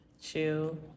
chill